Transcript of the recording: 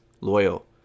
loyal